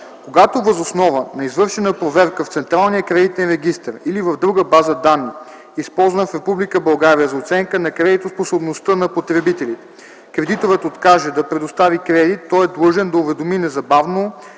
Когато въз основа на извършена проверка в Централния кредитен регистър или в друга база данни, използвана в Република България за оценка на кредитоспособността на потребителите, кредиторът откаже да предостави кредит, той е длъжен да уведоми незабавно